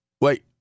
Wait